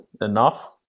enough